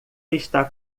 está